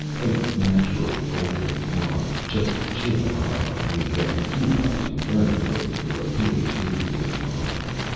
a natural golden blonde, just chin-high on me, and cute enough to earn her way through a ph. d. doing modelling.